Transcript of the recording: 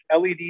led